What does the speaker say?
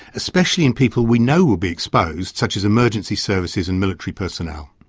especially in people we know will be exposed such as emergency services and military personnel?